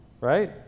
right